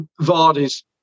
Vardy's